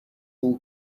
all